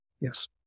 Yes